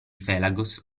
felagos